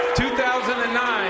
2009